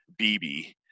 BB